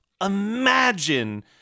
imagine